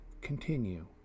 continue